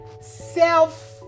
self